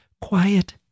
quiet